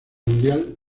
mundial